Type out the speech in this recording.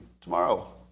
tomorrow